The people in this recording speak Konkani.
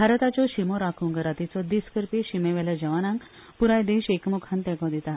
भारताच्यो शिमो राखूंक रातीचो दीस करपी शिमेवेल्या जवानांक प्राय देश एकम्खान तेंको दिता